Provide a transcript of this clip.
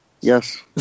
Yes